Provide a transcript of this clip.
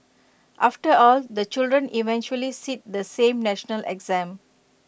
after all the children eventually sit the same national exam